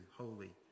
holy